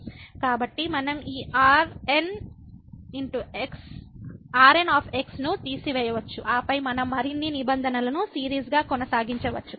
కాబట్టి మనం ఈ Rn ను తీసివేయవచ్చు ఆపై మనం మరిన్ని నిబంధనలను సిరీస్గా కొనసాగించవచ్చు